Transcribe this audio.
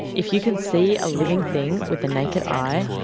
if you can see a living thing with the naked eye,